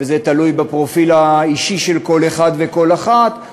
וזה תלוי בפרופיל האישי של כל אחד וכל אחת,